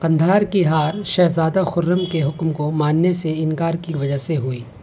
قندھار کی ہار شہزادہ خرم کے حکم کو ماننے سے انکار کی وجہ سے ہوئی